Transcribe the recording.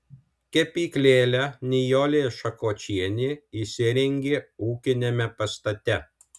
kepyklėlę nijolė šakočienė įsirengė ūkiniame pastate